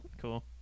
Cool